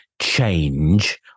change